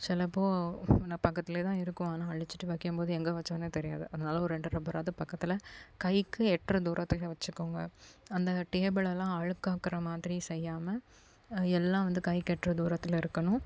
சிலப்போ நான் பக்கத்திலயே தான் இருக்கும் ஆனால் அழிச்சிட்டு வைக்கும் போது எங்கே வச்சோம்னே தெரியாது அதனால் ஒரு ரெண்டு ரப்பராது பக்கத்தில் கைக்கு எட்டுற தூரத்தில் வச்சிக்கோங்கள் அந்த டேபுளலாம் அழுக்காக்குற மாதிரி செய்யாமல் எல்லாம் வந்து கைக்கு எட்டுற தூரத்தில் இருக்கணும்